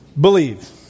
believe